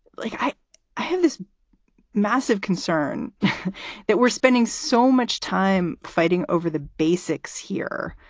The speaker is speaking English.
like, i i have this massive concern that we're spending so much time fighting over the basics here,